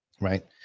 Right